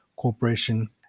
corporation